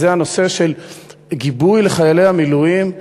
וזה הנושא של גיבוי לחיילי המילואים: